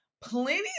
plenty